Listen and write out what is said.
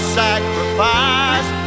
sacrifice